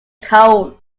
cold